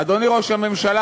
אדוני ראש הממשלה,